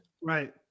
Right